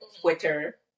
Twitter